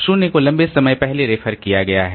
0 को लंबे समय पहले रेफर किया गया है